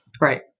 Right